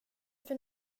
för